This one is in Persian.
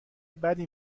بدی